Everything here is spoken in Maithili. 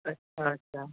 अच्छा अच्छा